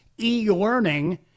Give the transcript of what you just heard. e-learning